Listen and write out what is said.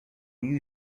you